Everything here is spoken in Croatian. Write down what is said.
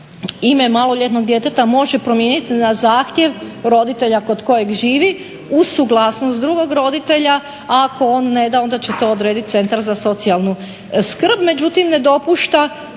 ime maloljetnog djeteta može promijeniti na zahtjev roditelja kod kojeg živi uz suglasnost drugog roditelja, a ako on ne da onda će to odrediti centar za socijalnu skrb. Međutim, ne dopušta